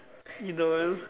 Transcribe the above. you don't